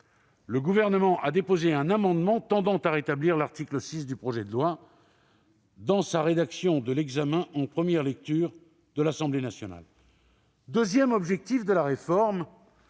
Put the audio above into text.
le Gouvernement a déposé un amendement tendant à rétablir l'article 6 du projet de loi, dans sa rédaction issue de l'examen en première lecture à l'Assemblée nationale. Le deuxième objectif de la réforme